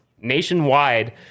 nationwide